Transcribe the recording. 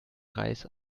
reis